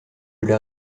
leur